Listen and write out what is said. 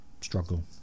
struggle